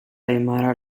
aimara